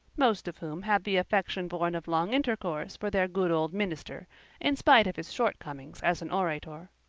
most of whom had the affection born of long intercourse for their good old minister in spite of his shortcomings as an orator.